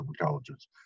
intelligence